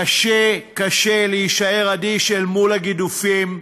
קשה, קשה להישאר אדיש אל מול הגידופים,